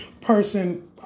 person